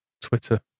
Twitter